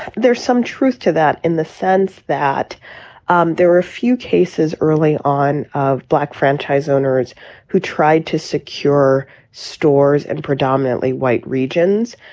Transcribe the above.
there's some truth to that in the sense that um there were a few cases early on of black franchise owners who tried to secure stores and predominantly white regions,